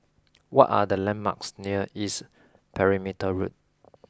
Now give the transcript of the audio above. what are the landmarks near East Perimeter Road